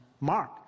Mark